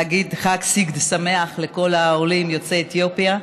ולהגיד חג סיגד שמח לכל העולים יוצאי אתיופיה.